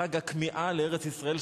חג הכמיהה לארץ ישראל,